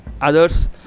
others